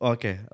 Okay